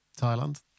Thailand